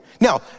Now